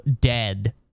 dead